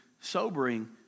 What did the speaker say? sobering